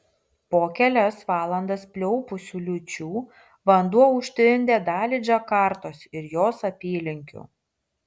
po kelias valandas pliaupusių liūčių vanduo užtvindė dalį džakartos ir jos apylinkių